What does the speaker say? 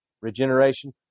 Regeneration